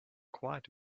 quite